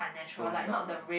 tone down lah